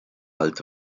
alt